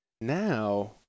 Now